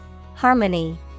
Harmony